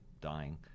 dying